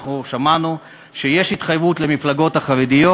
שמענו שיש התחייבות למפלגות החרדיות,